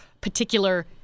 particular